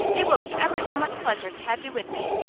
it will be ever so much pleasure to have you with me.